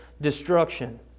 destruction